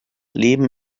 leben